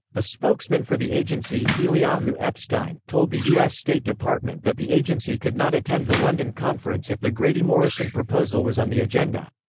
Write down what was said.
a spokesman for the agency, um ah eliahu epstein, told the us state department that the agency could not attend the london conference if the grady-morrison proposal was on the agenda.